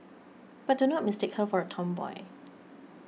but do not mistake her for a tomboy